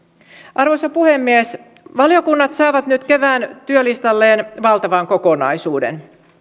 arvoisa puhemies valiokunnat saavat nyt kevään työlistalleen valtavan kokonaisuuden